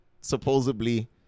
supposedly